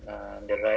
but